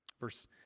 Verse